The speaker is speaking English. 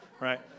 Right